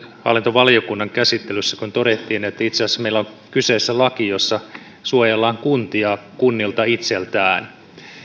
hallintovaliokunnan käsittelyssä todettiin että itse asiassa meillä on kyseessä laki jossa suojellaan kuntia kunnilta itseltään